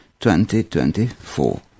2024